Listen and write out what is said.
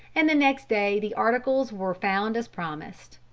and the next day the articles were found as promised.